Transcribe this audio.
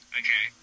okay